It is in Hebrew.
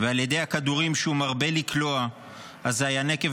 ועל ידי הכדורים שהוא מרבה לקלוע אזי הנקב